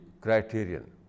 criterion